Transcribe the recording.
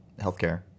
healthcare